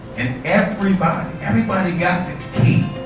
and everybody everybody got this key,